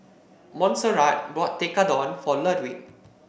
Monserrat bought Tekkadon for Ludwig